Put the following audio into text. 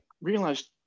realized